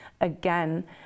Again